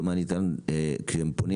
ומה ניתן כשהם פונים